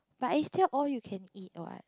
but is still all you can eat what